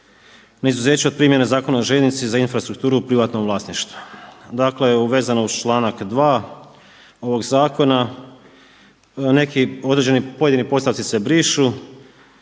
na izuzeće od primjene Zakona o željeznici za infrastrukturu u privatnom vlasništvu. Dakle, vezano uz članak 2. ovog zakona neki određeni, pojedini postavci se brišu.